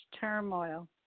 turmoil